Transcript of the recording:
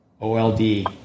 OLD